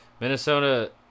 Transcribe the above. Minnesota